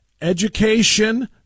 education